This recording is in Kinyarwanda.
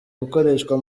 gukoreshwa